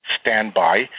standby